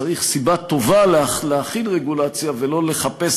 צריך סיבה טובה להחיל רגולציה ולא לחפש